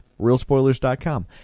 RealSpoilers.com